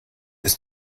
ist